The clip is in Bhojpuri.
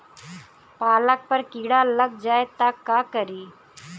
पालक पर कीड़ा लग जाए त का करी?